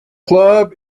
club